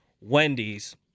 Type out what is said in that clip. Wendy's